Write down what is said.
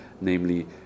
namely